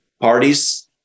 parties